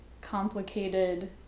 complicated